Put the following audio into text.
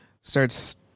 starts